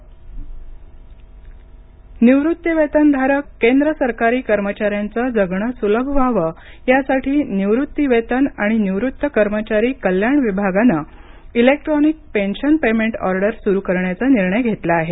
निवृत्तिवेतन निवृत्तिवेतनधारक केंद्र सरकारी कर्मचाऱ्यांचं जगणं सुलभ व्हावं यासाठी निवृत्तिवेतन आणि निवृत्त कर्मचारी कल्याण विभागानं इलेक्ट्रॉनिक पेन्शन पेमेंट ऑर्डर सुरू करण्याचा निर्णय घेतला आहे